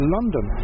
London